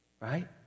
Right